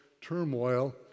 turmoil